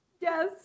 Yes